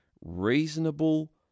reasonable